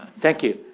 thank you.